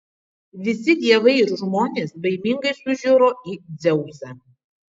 visi dievai ir žmonės baimingai sužiuro į dzeusą